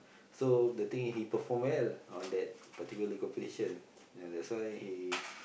so the thing is he perform well on that particular competition ya that's why he